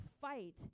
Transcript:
fight